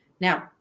Now